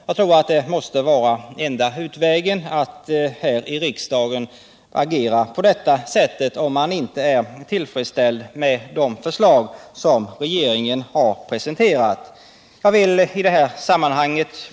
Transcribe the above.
Jag tror att enda utvägen är att här i riksdagen agera på detta sätt, om man inte är tillfredsställd med de förslag som regeringen har presenterat.